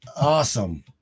awesome